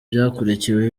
byakurikiwe